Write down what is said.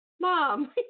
mom